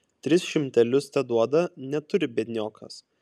tris šimtelius teduoda neturi biedniokas